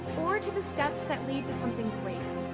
or to the steps that lead to something great.